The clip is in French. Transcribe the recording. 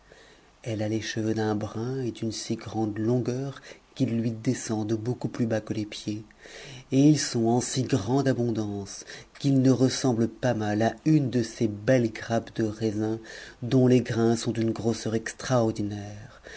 elle a les cheveux d'un brun et d'une si j mde longueur qu'ils lui descendent beaucoup plus bas que les pieds et ils sont en si grande abondance qu'ils ne ressemblent pas mal à une je ces belles grappes de raisin dont les grains sont d'une grosseur extraordinaire